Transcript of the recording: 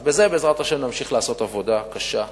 אז בזה, בעזרת השם, נמשיך לעשות עבודה קשה,